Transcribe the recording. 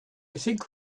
think